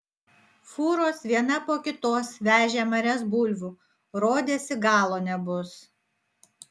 fūros viena po kitos vežė marias bulvių rodėsi galo nebus